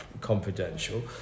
confidential